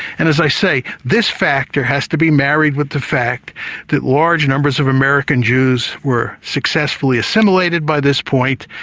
and as i say, this factor has to be married with the fact that large numbers of american jews were successfully assimilated by this point,